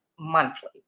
monthly